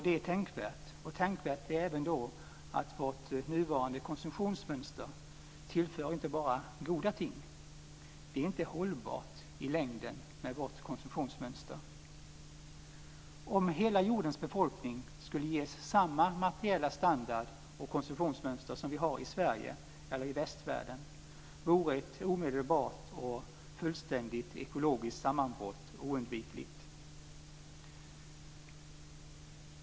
Det är tänkvärt. Tänkvärt är även att vårt nuvarande konsumtionsmönster inte bara tillför goda ting. Vårt konsumtionsmönster är inte hållbart i längden. Om hela jordens befolkning skulle ges samma materiella standard och konsumtionsmönster som vi har i Sverige eller i västvärlden, vore ett omedelbart och fullständigt ekologiskt sammanbrott oundvikligt.